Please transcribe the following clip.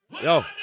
Yo